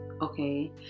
okay